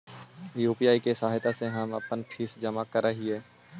UPI की सहायता से ही हम अपन फीस जमा करअ हियो